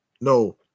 no